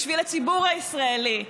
היא בשביל הציבור הישראלי.